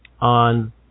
on